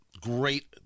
great